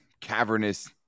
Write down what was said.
cavernous